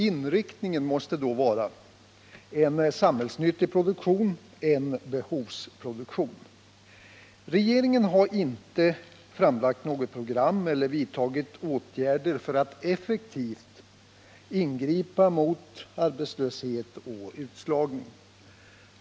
Inriktningen måste då vara en samhällsnyttig produktion, en behovsproduktion. Regeringen har inte framlagt något program eller vidtagit några åtgärder för att effektivt ingripa mot arbetslöshet och utslagning.